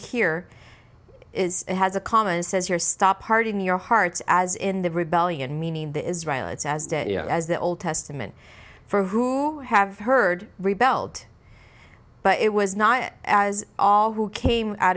hear is has a comma says here stop parting your hearts as in the rebellion meaning the israel it's as dead you know as the old testament for who have heard rebelled but it was not as all who came out